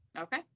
Okay